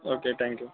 okay thank you